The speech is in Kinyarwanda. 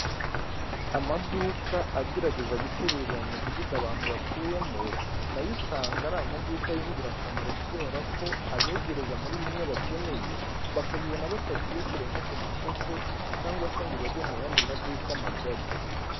Amaduka agerageza gucururiza mu midugudu abantu batuyemo, nayo usanga ari amaduka y'ingirakamaro kubera ko abegereza muri bimwe bakeneye bakabibona batagiye kure nko ku masoko cyangwa se ngo bajye mu yandi maduka magari.